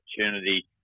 opportunity